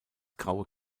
graue